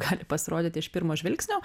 gali pasirodyti iš pirmo žvilgsnio